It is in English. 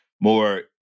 more